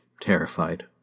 terrified